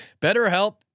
BetterHelp